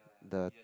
the